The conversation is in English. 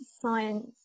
science